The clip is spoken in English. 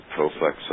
ProFlex